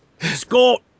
Scott